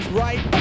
right